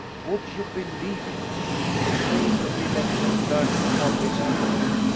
would you believe it the fate of the election turned upon this duel.